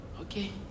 Okay